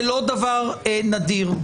זה לא דבר נדיר.